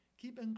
Keep